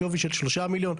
בשווי של שלושה מיליון,